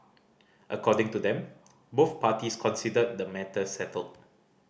according to them both parties consider the matter settled